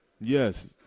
Yes